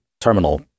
terminal